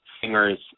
singers